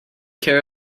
care